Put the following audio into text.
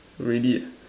really